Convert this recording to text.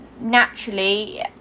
naturally